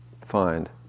find